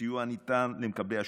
סיוע הניתן למקבלי השירות,